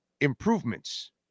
improvements